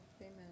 Amen